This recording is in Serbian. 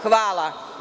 Hvala.